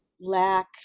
lack